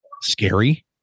scary